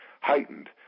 heightened